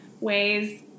ways